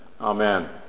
Amen